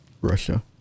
Russia